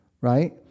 right